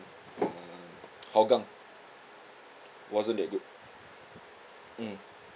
err hougang wasn't that good mm